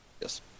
Yes